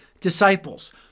disciples